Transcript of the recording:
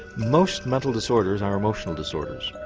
most mental disorders are emotional disorders.